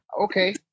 okay